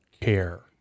care